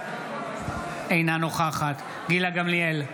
אינה נוכחת גילה גמליאל,